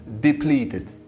depleted